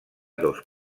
dos